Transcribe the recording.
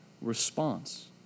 response